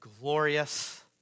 glorious